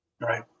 Right